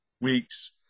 weeks